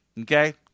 okay